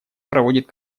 проводит